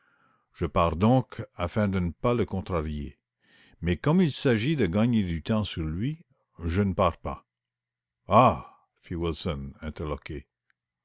je pars donc afin de ne pas le contrarier mais comme il s'agit de gagner du temps sur lui je ne pars pas ah fit wilson interloqué